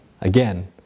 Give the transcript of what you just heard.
Again